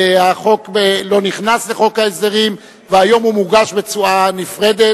החוק לא נכנס לחוק ההסדרים והיום הוא מוגש בצורה נפרדת.